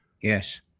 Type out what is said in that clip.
Yes